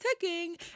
ticking